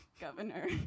Governor